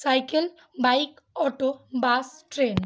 cycle bike auto bus train